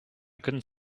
couldn’t